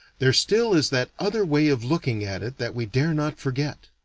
there still is that other way of looking at it that we dare not forget.